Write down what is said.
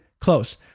close